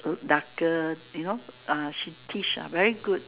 darker you know ah she teach ah very good